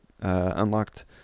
unlocked